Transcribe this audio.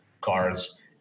cards